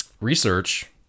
research